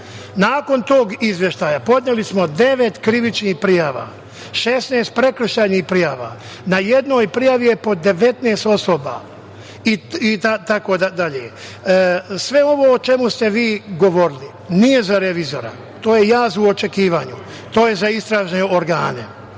Nakon tog izveštaja, podneli smo devet krivičnih prijava, 16 prekršajnih prijava. Na jednoj prijavi je po 19 osoba itd. Sve ovo o čemu ste vi govorili nije za revizora, to je jaz u očekivanju, to je za istražne organe,